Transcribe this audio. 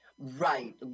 Right